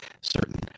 certain